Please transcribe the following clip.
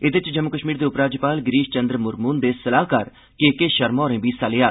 एदे च जम्मू कश्मीर दे उप राज्यपाल गिरीश चंद्र मुर्मू हुंदे सलाहकार के के शर्मा होरें बी हिस्सा लेआ